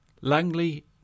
Langley